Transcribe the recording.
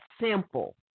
simple